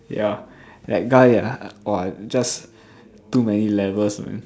ya that guy ah !wah! just too many levels man